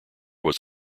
was